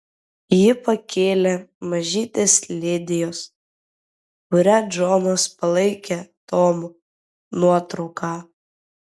ji pakėlė mažytės lidijos kurią džonas palaikė tomu nuotrauką